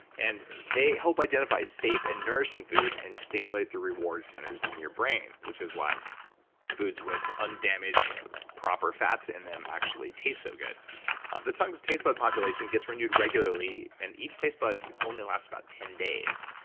and they help identify safe and nourishing food and stimulate the reward centers in your brain which is why foods with undamaged proper fats in them actually taste so good the tongue's taste bud population gets renewed regularly and each taste bud only lasts about ten days.